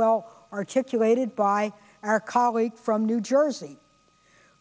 well articulated by our colleague from new jersey